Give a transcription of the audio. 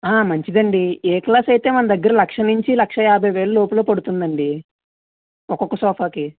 ఆ మంచిదండి A class అయితే మన దగ్గర లక్ష నుంచి లక్షా యాభై వేల లోపల పడుతుందండి ఒక్కొక్క సోఫా కి